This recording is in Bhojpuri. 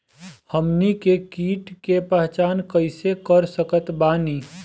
हमनी के कीट के पहचान कइसे कर सकत बानी?